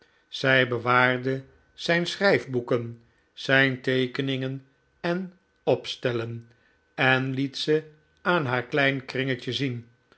zij bewaarde zijn schrijf boeken zijn teekeningen en opstellen en liet ze aan haar klein kringetje zien